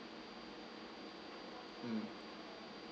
mm